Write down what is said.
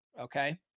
okay